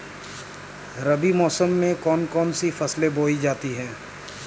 रबी मौसम में कौन कौन सी फसलें बोई जाती हैं?